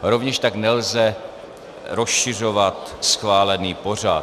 Rovněž tak nelze rozšiřovat schválený pořad.